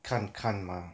看看 mah